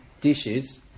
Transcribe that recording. dishes